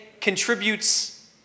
Contributes